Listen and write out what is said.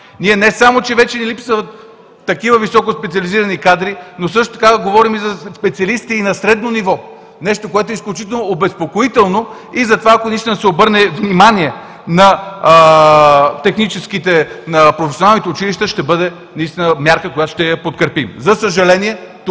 Не само че вече ни липсват такива високо специализирани кадри, но също така говорим за специалисти и на средно ниво – нещо, което е изключително обезпокоително. Затова, ако наистина се обърне внимание на техническите, на професионалните училища, ще бъде мярка, която ще я подкрепим. За съжаление, тук